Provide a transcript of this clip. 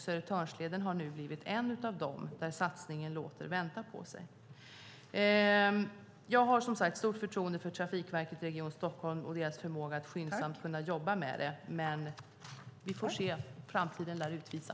Södertörnsleden har nu blivit en av de där satsningarna som låter vänta på sig. Jag har som sagt stort förtroende för Region Stockholm vid Trafikverket och deras förmåga att jobba med detta skyndsamt, men vi får se. Framtiden lär utvisa.